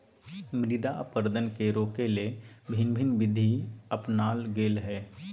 मृदा अपरदन के रोकय ले भिन्न भिन्न विधि अपनाल गेल हइ